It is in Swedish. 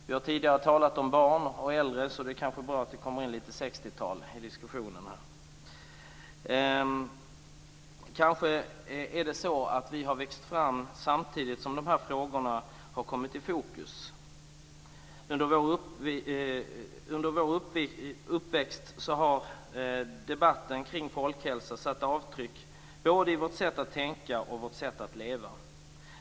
Vi har tidigare talat om barn och äldre, så det är kanske bra att det kommer in lite 1960-tal i diskussionen. Kanske beror det på att vi har vuxit upp samtidigt som dessa frågor har kommit i fokus. Under vår uppväxt har debatten kring folkhälsa satt avtryck både i vårt sätt att tänka och vårt sätt att leva.